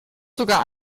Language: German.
sogar